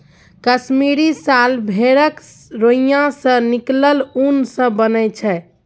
कश्मीरी साल भेड़क रोइयाँ सँ निकलल उन सँ बनय छै